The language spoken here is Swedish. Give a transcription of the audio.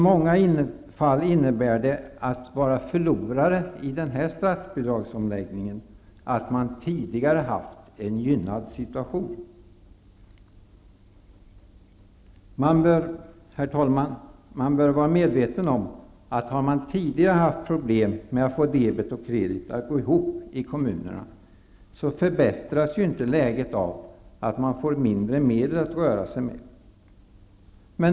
Att man nu är förlorare i statsbidragsomläggningen innebär i några fall att man tidigare har haft en gynnad situation. Herr talman! Man bör ändå vara medveten om att om man tidigare har haft problem med att få debet och kredit att gå ihop i kommunerna, så förbättras inte läget av att man får mindre medel att röra sig med.